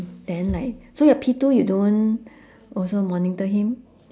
then like so your P two you don't also monitor him